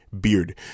beard